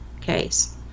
case